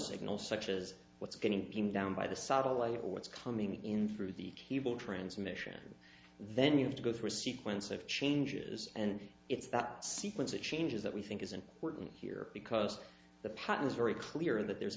signal such as what's going down by the satellite or what's coming in through the cable transmission and then you have to go through a sequence of changes and it's that sequence that changes that we think is important here because the pattern is very clear that there's